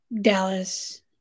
Dallas